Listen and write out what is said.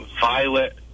violet